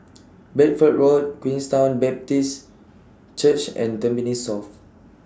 Bedford Road Queenstown Baptist Church and Tampines South